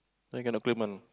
then cannot claim one